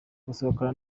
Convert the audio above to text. gusohokana